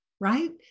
Right